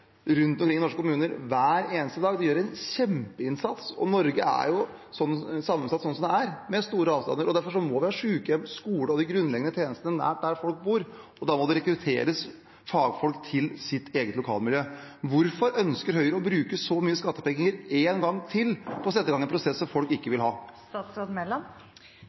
rundt omkring i norske kommuner hver eneste dag. De gjør en kjempeinnsats, og Norge er sammensatt sånn som det er, med store avstander. Derfor må vi ha sykehjem, skoler og de grunnleggende tjenestene nær der folk bor, og da må det rekrutteres fagfolk til eget lokalmiljø. Hvorfor ønsker Høyre å bruke så mye skattepenger en gang til på å sette i gang en prosess som folk ikke vil